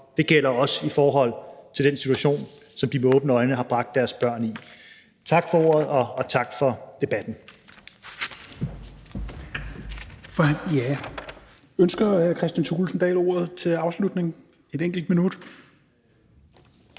det gælder også i forhold til den situation, som de med åbne øjne har bragt deres børn i. Tak for ordet, og tak for debatten.